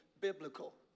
Biblical